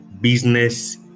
business